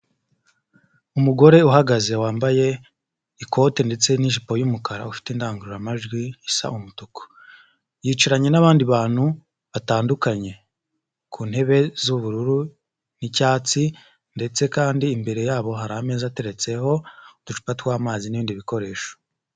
Umugore uhagaze wambaye ikote ndetse n'ijipo y'umukara ufite indangururamajwi isa umutuku, yicaranye n'abandi bantu batandukanye ku ntebe z'ubururu, n'icyatsi, ndetse kandi imbere yabo hari ameza ateretseho uducupa tw'amazi n'ibindi bikoresho.